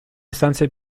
stanze